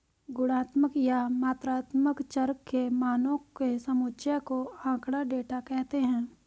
गुणात्मक या मात्रात्मक चर के मानों के समुच्चय को आँकड़ा, डेटा कहते हैं